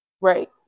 Right